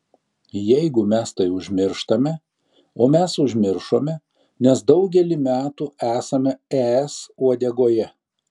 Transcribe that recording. jeigu mes tai užmirštame o mes užmiršome nes daugelį metų esame es uodegoje